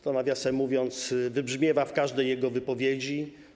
To, nawiasem mówiąc, wybrzmiewa w każdej jego wypowiedzi.